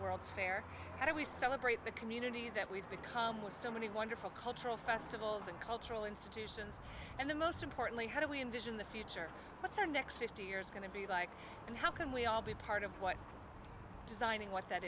world fair how do we celebrate the communities that we've become with so many wonderful cultural festivals and cultural institutions and the most importantly how do we envision the future what's their next fifty years going to be like and how can we all be part of what designing what that